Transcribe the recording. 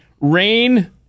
rain